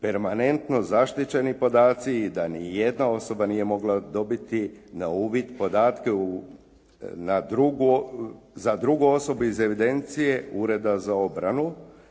permanentno zaštićeni podaci i da nijedna osoba nije mogla dobiti na uvid podatke za drugu osobu iz evidencije Ureda za obranu